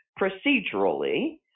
procedurally